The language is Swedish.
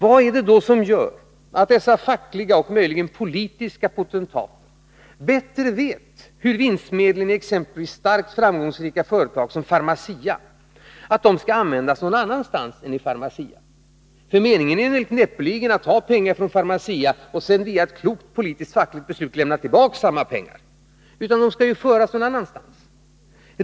Vad är det då som gör att dessa fackliga och möjligen politiska potentater bättre vet hur vinstmedlen i exempelvis ett starkt framgångsrikt företag som Pharmacia skall användas någon annanstans än i Pharmacia? Meningen är väl näppeligen att ta pengar från Pharmacia och sedan via ett klokt politiskt-fackligt beslut lämna tillbaka samma pengar, utan de skall föras någon annanstans.